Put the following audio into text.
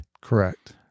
Correct